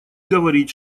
говорить